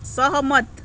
सहमत